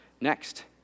next